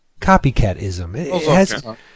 Copycatism